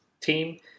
team